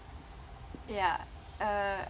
ya uh